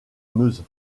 meuse